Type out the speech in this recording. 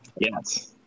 Yes